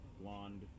blonde